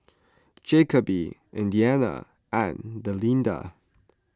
Jacoby Indiana and Delinda